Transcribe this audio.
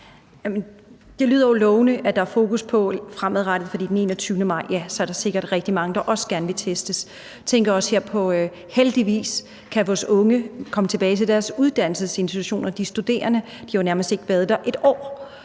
Det lyder jo lovende, at der er fokus på det fremadrettet, for den 21. maj er der sikkert rigtig mange der også gerne vil testes. Heldigvis kan vores unge og studerende komme tilbage til deres uddannelsesinstitutioner. De har jo nærmest ikke været der et år.